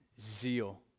zeal